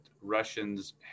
russians